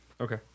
Okay